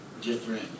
different